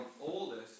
oldest